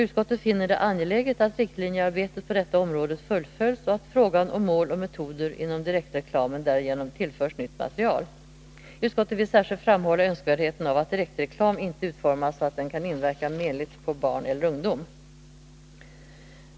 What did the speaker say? Utskottet finner det angeläget att riktlinjearbetet på detta område fullföljs och att frågan om mål och metoder inom direktreklamen därigenom tillförs nytt material. Utskottet vill särskilt framhålla önskvärdheten av att direktreklam inte utformas så att den kan inverka menligt på barn eller ungdom.